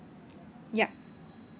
yup